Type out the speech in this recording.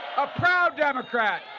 a proud democrat,